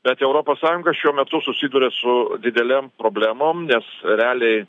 bet europos sąjunga šiuo metu susiduria su didelėm problemom nes realiai